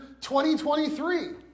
2023